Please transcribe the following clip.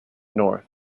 north